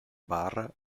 bar